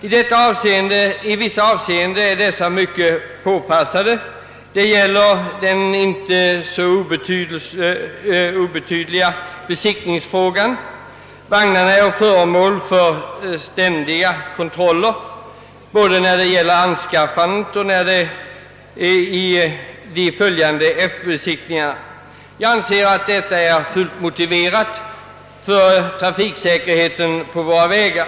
I ett avseende är dessa mycket påpassade, nämligen vad beträffar den inte obetydliga: besiktningsfrågan. Vagnarna är föremål för ständiga kontroller både vid anskaffningen och vid de följande efterbesiktningarna. Jag anser att detta är fullt motiverat med hänsyn till trafiksäkerheten på våra vägar.